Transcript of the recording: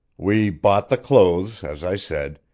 we bought the clothes, as i said,